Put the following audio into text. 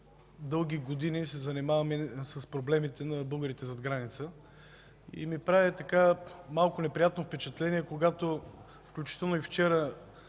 дълги години се занимаваме с проблемите на българите зад граница. Прави ми малко неприятно впечатление, когато включително и вчера